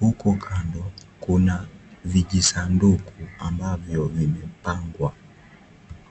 Huku kando, kuna vijisanduku ambavyo vimepangwa.